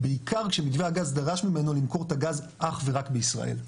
בעיקר כשמתווה הגז דרש ממנו למכור את הגז אך ורק בישראל.